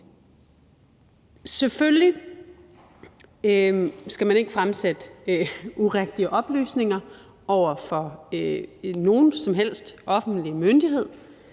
Selvfølgelig skal man ikke fremsætte urigtige oplysninger over for nogen som helst offentlig myndighed.